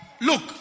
look